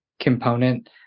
component